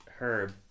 Herb